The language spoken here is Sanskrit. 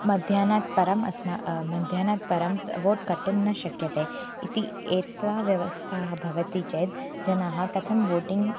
मध्याह्नात् परम् अस्माकं मध्याह्नात् पर्यन्तं वोत् कर्तुं न शक्यते इति अत्र व्यवस्था भवति चेद् जनाः कथं वोटिङ्ग्